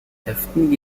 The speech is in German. heften